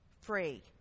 free